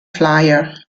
flyer